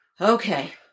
okay